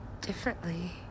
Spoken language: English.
differently